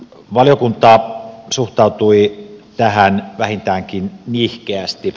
valiokunta suhtautui tähän vähintäänkin nihkeästi